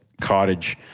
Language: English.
cottage